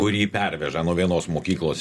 kurį perveža nuo vienos mokyklos